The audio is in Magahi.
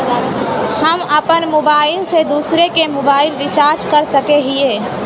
हम अपन मोबाईल से दूसरा के मोबाईल रिचार्ज कर सके हिये?